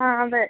ആ അതെ